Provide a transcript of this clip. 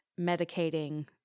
medicating